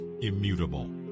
immutable